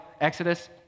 Exodus